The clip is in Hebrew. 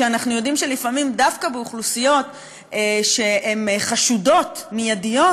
ואנחנו יודעים שלפעמים דווקא אוכלוסיות שהן חשודות מיידיות